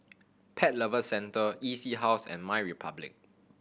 Pet Lovers Centre E C House and MyRepublic